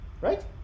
right